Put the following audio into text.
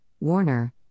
Warner